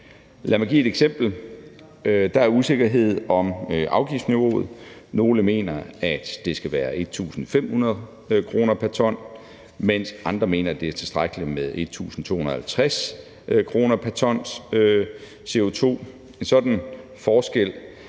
Lad mig give et eksempel: Der er usikkerhed om afgiftsniveauet. Nogle mener, at det skal være 1.500 kr. pr. ton, mens andre mener, at det er tilstrækkeligt med 1.250 kroner pr. ton CO2. En sådan forskel